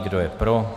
Kdo je pro?